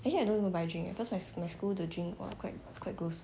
actually I don't even buy drink cause my school my school the drink !wah! quite quite gross